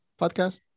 Podcast